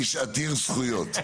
איש עתיר זכויות.